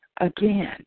again